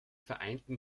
vereinten